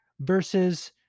versus